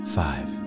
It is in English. five